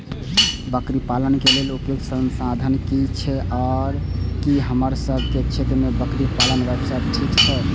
बकरी पालन के लेल उपयुक्त संसाधन की छै आर की हमर सब के क्षेत्र में बकरी पालन व्यवसाय ठीक छै?